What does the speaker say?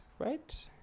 right